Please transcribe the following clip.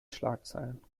schlagzeilen